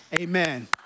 Amen